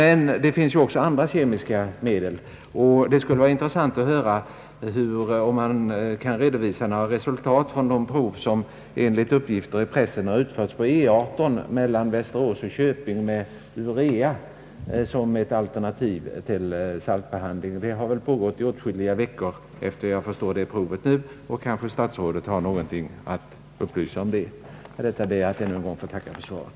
Emellertid finns också andra kemiska medel, och det skulle vara intressant att höra om några resultat kan redovisas från det prov som enligt uppgifter i pressen har utförts på E 18 mellan Västerås och Köping med urea som ett alternativ till saltbehandlingen. Det provet har nu pågått i åtskilliga veckor, efter vad jag förstår. Kanske statsrådet kan säga någonting om resultatet? Med detta ber jag än en gång att få tacka för svaret.